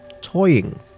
toying